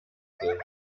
sind